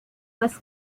west